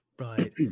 Right